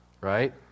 Right